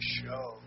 show